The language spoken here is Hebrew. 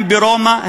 הן ברומא,